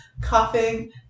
coughing